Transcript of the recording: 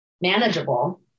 manageable